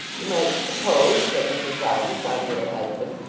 you might suppose said mrs varden, frowning at her husband,